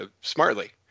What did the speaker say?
smartly